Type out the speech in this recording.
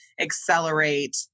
accelerate